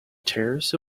terrace